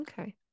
okay